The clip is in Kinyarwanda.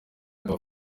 akaba